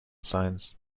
signs